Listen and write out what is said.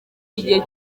igihe